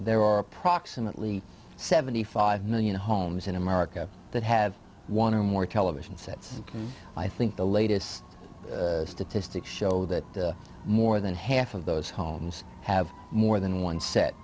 there are approximately seventy five million homes in america that have one or more television sets and i think the latest statistics show that more than half of those homes have more than one set